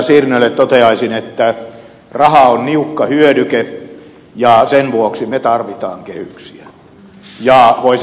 sirnölle toteaisin että raha on niukka hyödyke ja sen vuoksi me tarvitsemme kehyksiä